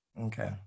okay